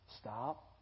stop